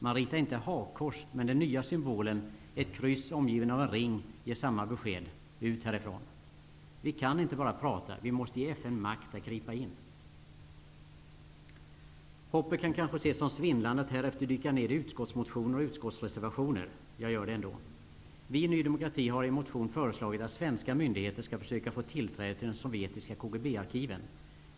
Man ritar inte hakkors men den nya symbolen, ett kryss omgiven av en ring, ger samma besked: Ut härifrån! Vi kan inte bara prata. Vi måste ge FN makt att gripa in. Hoppet kan kanske ses som svindlande att härefter dyka ned i utskottsmotioner och utskottsreservationer. Jag gör det ändå. Vi i Ny demokrati har i en motion föreslagit att svenska myndigheter skall försöka få tillträde till de sovjetiska KGB-arkiven.